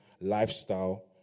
lifestyle